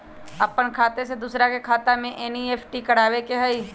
अपन खाते से दूसरा के खाता में एन.ई.एफ.टी करवावे के हई?